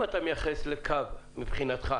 מייחס לקו מבחינתך,